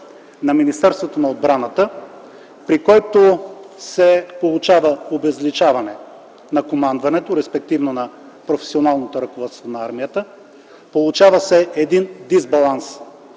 на Министерството на отбраната, при който се получава обезличаване на командването, респективно на професионалното ръководство на армията, получава се един дисбаланс